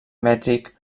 mèxic